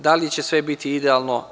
Da li će sve biti idealno?